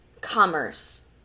commerce